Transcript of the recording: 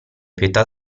pietà